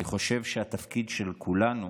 אני חושב שהתפקיד של כולנו